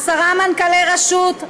עשרה מנכ"לי רשות,